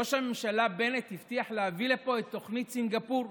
ראש הממשלה בנט הבטיח להביא לפה את תוכנית סינגפור.